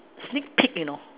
sneak peek you know